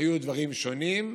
היו דברים שונים.